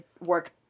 work